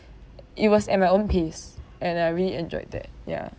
it was at my own pace and I really enjoyed that ya